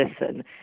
listen